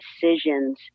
decisions